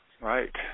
Right